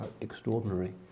extraordinary